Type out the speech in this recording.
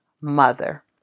mother